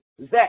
Zach